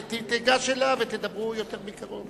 תיגש אליו ותדברו יותר מקרוב.